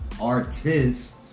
artists